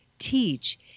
teach